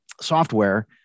software